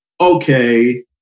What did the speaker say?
okay